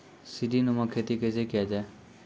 सीडीनुमा खेती कैसे किया जाय?